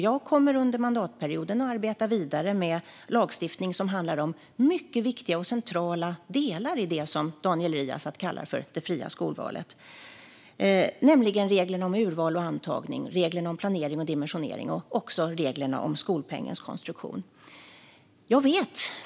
Jag kommer under mandatperioden att arbeta vidare med lagstiftning som handlar om mycket viktiga och centrala delar i det som Daniel Riazat kallar det fria skolvalet: reglerna om urval och antagning, reglerna om planering och dimensionering och reglerna om skolpengens konstruktion.